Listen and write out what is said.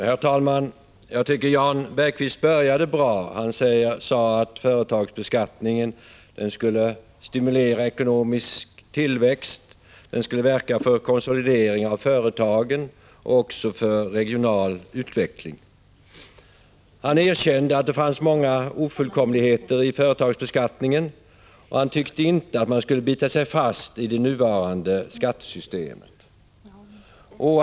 Herr talman! Jag tycker att Jan Bergqvist började bra. Han sade att företagsbeskattningen skulle stimulera ekonomisk tillväxt och verka för konsolidering av företagen och också för regional utveckling. Han erkände att det fanns många ofullkomligheter i företagsbeskattningen, och han tyckte inte att man skulle bita sig fast i det nuvarande skattesystemet.